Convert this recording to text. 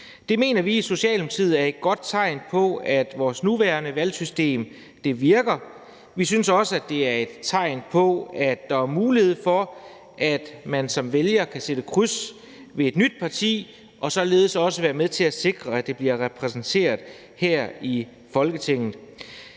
Det mener vi i Socialdemokratiet er et godt tegn på, at vores nuværende valgsystem virker. Vi synes også, at det er et tegn på, at der er mulighed for, at man som vælger kan sætte kryds ved et nyt parti og således også være med til at sikre, at det bliver repræsenteret her i Folketinget.